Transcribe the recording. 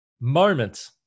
moment